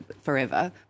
forever